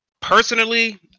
Personally